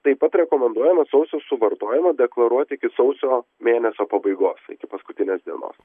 taip pat rekomenduojama sausio suvartojimą deklaruoti iki sausio mėnesio pabaigos iki paskutinės dienos